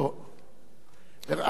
אבל השר לענייני מודיעין,